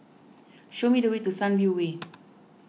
show me the way to Sunview Way